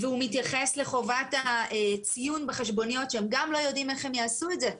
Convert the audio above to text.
והוא מתייחס לחובת הציון בחשבוניות שהם גם לא יודעים איך הם יעשו את זה,